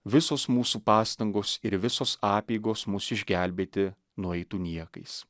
visos mūsų pastangos ir visos apeigos mus išgelbėti nueitų niekais